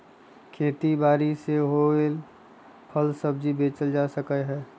खेती बारी से होएल फल सब्जी बेचल जा सकलई ह